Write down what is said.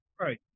right